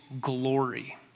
glory